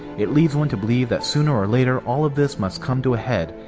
it leads one to believe that sooner or later all of this must come to ahead,